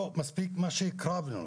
לא מספיק מה שהקרבנו,